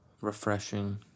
refreshing